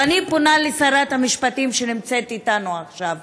ואני פונה לשרת המשפטים, שנמצאת איתנו עכשיו: